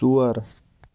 ژور